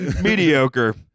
Mediocre